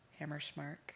Hammerschmark